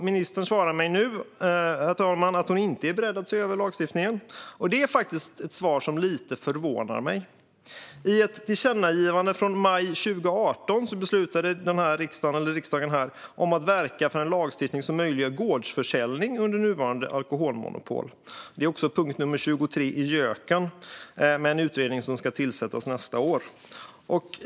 Ministern svarar mig nu, herr talman, att hon inte är beredd att se över lagstiftningen. Det är faktiskt ett svar som förvånar mig. I ett tillkännagivande från maj 2018 beslutade riksdagen om att verka för en lagstiftning som möjliggör gårdsförsäljning under nuvarande alkoholmonopol. Det behandlas också som punkt nr 23 i JÖK:en, och en utredning ska tillsättas nästa år.